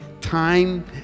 time